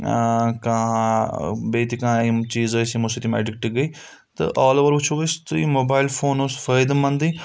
کانٛہہ بیٚیہِ تہِ کانٛہہ یِم چیٖز ٲسۍ یِمَو سۭتۍ یِم اَیڈِکٹہٕ گٔے تہٕ آل اوٚوَر وٕچھو أسۍ تُہۍ موبایِل فون اوس فٲیدٕ منٛدٕے